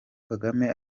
kagame